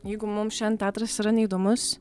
jeigu mums šiandien teatras yra neįdomus